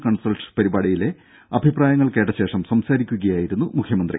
consult പരിപാടിയിലെ അഭിപ്രായങ്ങൾ കേട്ടശേഷം സംസാരിക്കുകയായിരുന്നു മുഖ്യമന്ത്രി